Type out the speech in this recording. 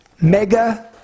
mega